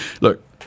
look